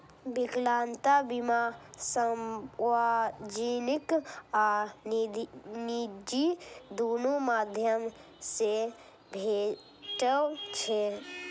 विकलांगता बीमा सार्वजनिक आ निजी, दुनू माध्यम सं भेटै छै